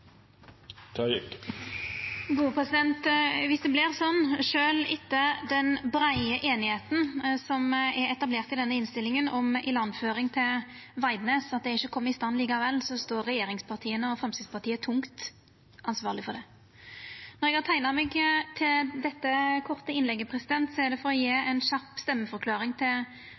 det vert sånn, sjølv etter den breie einigheita som er etablert i denne innstillinga om ilandføring til Veidnes, at det ikkje kjem i stand likevel, står regjeringspartia og Framstegspartiet tungt ansvarleg for det. Når eg har teikna meg til dette korte innlegget, er det for å gje ei kjapp stemmeforklaring